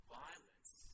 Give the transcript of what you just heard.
violence